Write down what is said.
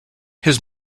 his